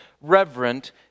reverent